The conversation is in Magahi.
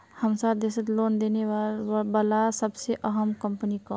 हमसार देशत लोन देने बला सबसे अहम कम्पनी क